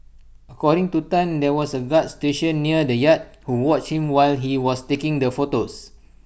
according to Tan there was A guard stationed near the yacht who watched him while he was taking the photos